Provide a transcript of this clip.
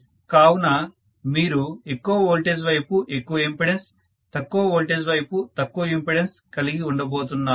కావున మీరు ఎక్కువ వోల్టేజ్ వైపు ఎక్కువ ఇంపెడన్స్ తక్కువ వోల్టేజ్ వైపు తక్కువ ఇంపెడెన్స్ కలిగి ఉండబోతున్నారు